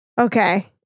Okay